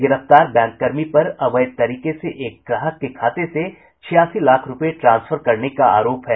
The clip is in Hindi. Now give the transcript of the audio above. गिरफ्तार बैंककर्मी पर अवैध तरीके से एक ग्राहक के खाते से छियासी लाख रूपये ट्रांसफर करने का आरोप है